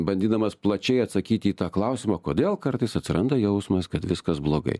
bandydamas plačiai atsakyti į tą klausimą kodėl kartais atsiranda jausmas kad viskas blogai